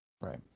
Right